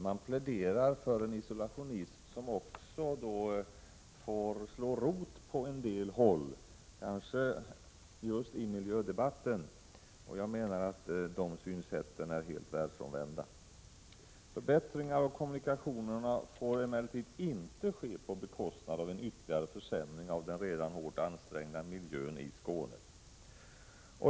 Man pläderar för en isolationism som också får slå rot på en del håll, kanske just i miljödebatten. Jag menar att det synsättet är helt världsfrånvänt. Förbättringar av kommunikationerna får emellertid inte ske på bekostnad av en ytterligare försämring av den redan hårt ansträngda miljön i Skåne.